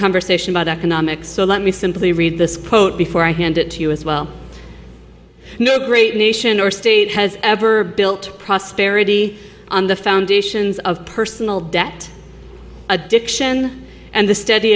conversation about economics so let me simply read this quote before i hand it to you as well no great nation or state has ever built prosperity on the foundations of personal debt addiction and the steady